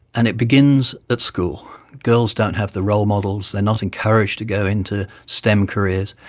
and it begins at school. girls don't have the role models, they are not encouraged to go into stem careers.